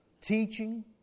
teaching